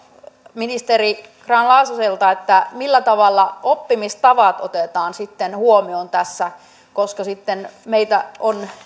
ministeri grahn laasoselta millä tavalla oppimistavat otetaan huomioon tässä koska sitten meitä on